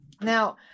Now